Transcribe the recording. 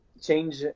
change